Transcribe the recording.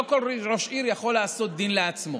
לא כל ראש עיר יכול לעשות דין לעצמו.